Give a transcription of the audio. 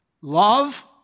Love